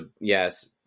Yes